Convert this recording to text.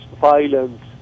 violence